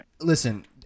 listen